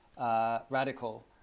radical